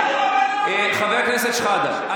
חבר הכנסת שחאדה,